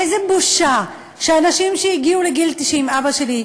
איזה בושה שאנשים שהגיעו לגיל 90, אבא שלי,